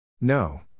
No